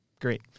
Great